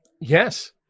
yes